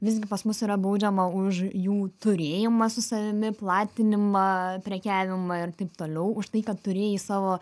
visgi pas mus yra baudžiama už jų turėjimą su savimi platinimą prekiavimą ir taip toliau už tai kad turėjai savo